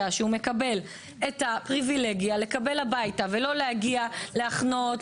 לא חושבת שיהיה לקוח אחד שיפסיק להזמין משלוחים כי יעלה לו יותר השקיות.